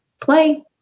play